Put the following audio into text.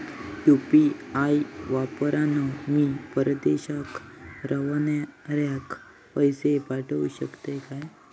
UPI वापरान मी परदेशाक रव्हनाऱ्याक पैशे पाठवु शकतय काय?